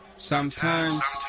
sometimes